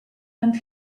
and